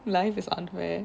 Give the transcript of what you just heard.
life is unfair